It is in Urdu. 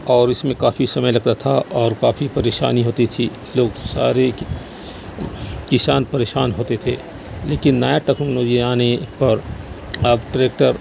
اور اس میں کافی سمے لگتا تھا اور کافی پریشانی ہوتی تھی لوگ ساری کسان پریشان ہوتے تھے لیکن نیا ٹیکنالوجی آنے پر اب ٹریکٹر